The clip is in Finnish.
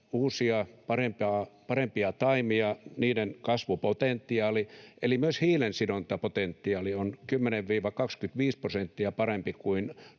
uusia, parempia taimia. Niiden kasvupotentiaali eli myös hiilensidontapotentiaali on 10—25 prosenttia parempi kuin